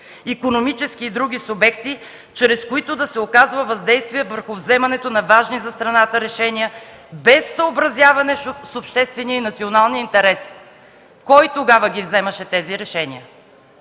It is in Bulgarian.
икономически и други субекти, чрез които да се оказва въздействие върху вземането на важни за страната решения, без съобразяване с обществения и националния интерес”. Кой тогава ги вземаше тези решения?